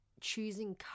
choosing